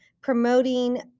promoting